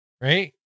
right